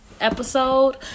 episode